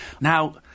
Now